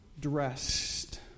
dressed